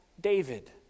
David